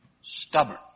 stubborn